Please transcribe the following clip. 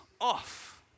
off